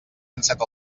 enceta